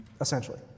essentially